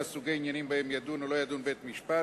סוגי עניינים שבהם ידון או לא ידון בית-משפט,